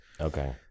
okay